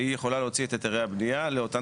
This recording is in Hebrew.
והיא יכולה להוציא את היתרי הבנייה לאותן